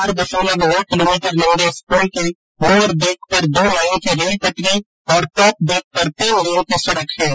चार दशमलव नौ किलोमीटर लम्बे इस पुल के लोअर डेक पर दो लाइन की रेल पटरी और टॉप डेक पर तीन लेन की सड़क है